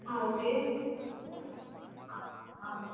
ஆ okay ஆ ஆ